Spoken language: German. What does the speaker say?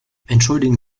entschuldigen